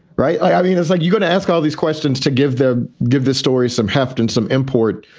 right. i mean, it's like you're going to ask all these questions to give the give this story some heft and some import,